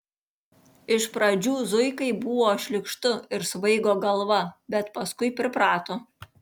iš pradžių zuikai buvo šlykštu ir svaigo galva bet paskui priprato